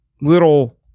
little